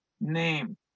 name